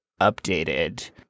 updated